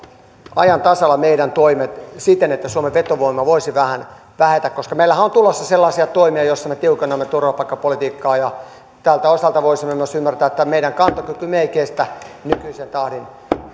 meidän toimet ajan tasalla siten että suomen vetovoima voisi vähän vähetä meillähän on tulossa sellaisia toimia joilla me tiukennamme turvapaikkapolitiikkaa ja tältä osalta voisimme myös ymmärtää että meidän kantokykymme ei kestä nykyisessä tahdissa